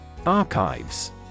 Archives